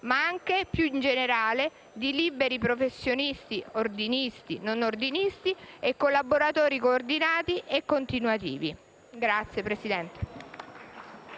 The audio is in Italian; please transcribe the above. ma anche, più in generale, di liberi professionisti, ordinisti, non ordinisti, collaboratori coordinati e continuativi. *(Applausi